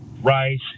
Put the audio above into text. rice